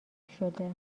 شده